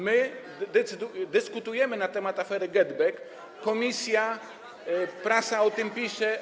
My dyskutujemy na temat afery GetBack, komisja, prasa o tym pisze.